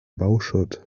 bauschutt